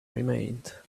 remained